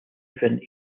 even